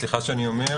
סליחה שאני אומר,